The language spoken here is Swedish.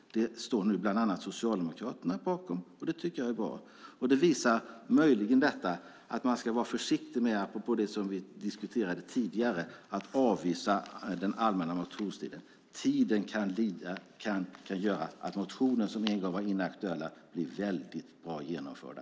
Det står nu bland annat Socialdemokraterna bakom. Det tycker jag är bra. Det visar att man ska vara försiktig med att avvisa under den allmänna motionstiden. Tiden kan göra att motioner som en gång var inaktuella blir bra genomförda.